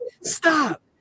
stop